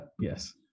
Yes